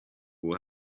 will